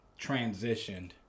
transitioned